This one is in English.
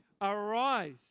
arise